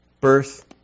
Birth